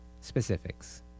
Specifics